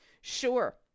sure